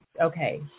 Okay